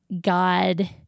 god